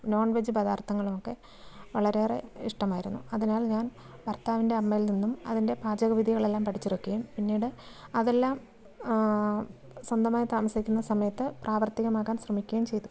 non veg പദാർത്ഥങ്ങളും ഒക്കെ വളരെയേറെ ഇഷ്ടമായിരുന്നു അതിനാൽ ഞാൻ ഭർത്താവിൻ്റെ അമ്മയിൽനിന്നും അതിൻ്റെ പാചക വിദ്യകളെല്ലാം പഠിച്ചെടുക്കുകയും പിന്നീട് അതെല്ലാം സ്വന്തമായി താമസിക്കുന്ന സമയത്ത് പ്രാവർത്തികമാക്കാൻ ശ്രമിക്കുകയും ചെയ്തു